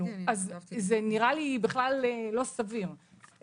אז זה נראה לי בכלל לא סביר.